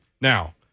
Now